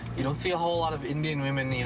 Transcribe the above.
you don't see a whole lot of indian women you